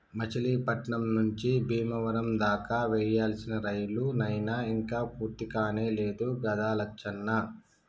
మచిలీపట్నం నుంచి బీమవరం దాకా వేయాల్సిన రైలు నైన ఇంక పూర్తికానే లేదు గదా లచ్చన్న